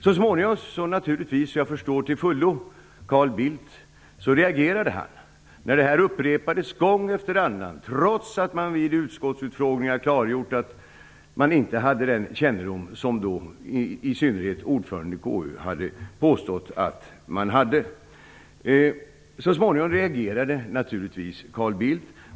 Så småningom reagerade Carl Bildt, vilket jag förstår till fullo. När detta upprepades gång efter annan, trots att man vid utskottsutfrågningar klargjort att man inte hade den kännedom som i synnerhet ordföranden i KU hade påstått att man hade, reagerade Carl Bildt.